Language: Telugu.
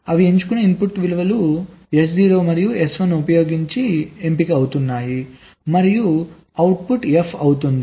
అవి ఎంచుకున్న ఇన్పుట్ విలువలు S0 మరియు S1 ఉపయోగించి ఎంపిక అవుతున్నాయి మరియు అవుట్పుట్ F అవుతుంది